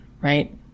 right